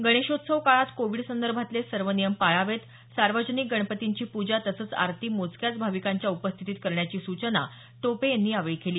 गणेशोत्सव काळात कोविड संदर्भातले सर्व नियम पाळावेत सार्वजनिक गणपतींची पूजा तसंच आरती मोजक्याच भाविकांच्या उपस्थितीत करण्याची सूचना टोपे यांनी यावेळी केली